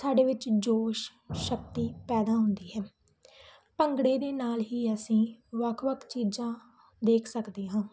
ਸਾਡੇ ਵਿੱਚ ਜੋਸ਼ ਸ਼ਕਤੀ ਪੈਦਾ ਹੁੰਦੀ ਹੈ ਭੰਗੜੇ ਦੇ ਨਾਲ ਹੀ ਅਸੀਂ ਵੱਖ ਵੱਖ ਚੀਜ਼ਾਂ ਦੇਖ ਸਕਦੇ ਹਾਂ